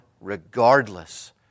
regardless